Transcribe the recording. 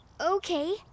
Okay